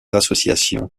associations